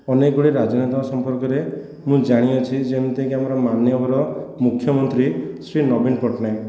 ଅନେକ ଗୁଡ଼ିଏ ରାଜନେତାଙ୍କ ସମ୍ପର୍କରେ ମୁଁ ଜାଣିଅଛି ଯେମିତିକି ଆମର ମାନ୍ୟବର ମୁଖ୍ୟମନ୍ତ୍ରୀ ଶ୍ରୀ ନବୀନ ପଟ୍ଟନାୟକ